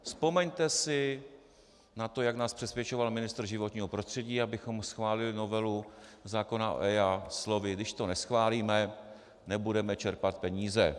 Vzpomeňte si na to, jak nás přesvědčoval ministr životního prostředí, abychom schválili novelu zákona o EIA slovy: když to neschválíme, nebudeme čerpat peníze.